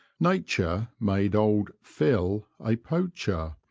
nature made old phil a poacher,